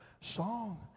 song